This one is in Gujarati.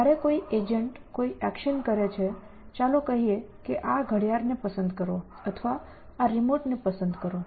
જ્યારે કોઈ એજન્ટ કોઈ એક્શન કરે છે ચાલો કહીએ કે આ ઘડિયાળને પસંદ કરો અથવા આ રિમોટને પસંદ કરો